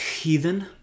heathen